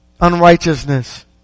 unrighteousness